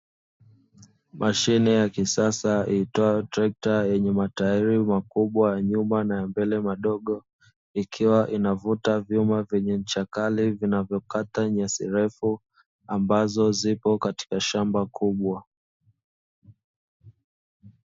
Mashine ya kisasa iitwayo trekta yenye matairi makubwa ya nyumba na mbele madogo, ikiwa inavuta vyuma vyenye mchakato vinavyokata nyasi refu ambazo zipo katika shamba kubwa.